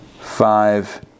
five